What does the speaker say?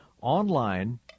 online